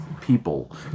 people